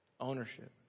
ownership